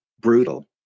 Brutal